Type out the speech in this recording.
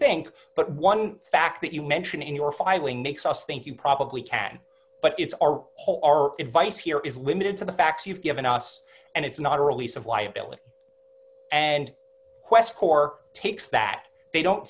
think but one fact that you mention in your filing makes us think you probably can but it's our hope our advice here is limited to the facts you've given us and it's not a release of liability and questcor takes that they don't